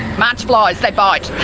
march flies they bite.